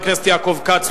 חבר הכנסת יעקב כץ,